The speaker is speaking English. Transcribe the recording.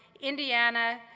indiana,